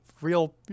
real